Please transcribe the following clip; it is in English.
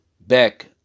back